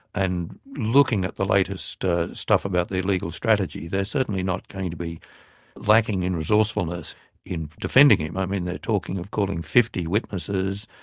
and looking at the latest ah stuff about their legal strategy, they're certainly not going to be lacking in resourcefulness in defending him i mean they're talking of calling fifty witnesses,